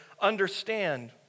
understand